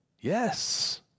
yes